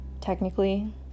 technically